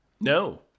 No